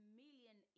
million